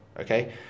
Okay